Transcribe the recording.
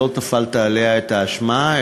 שלא טפלת עליה את האשמה,